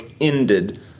ended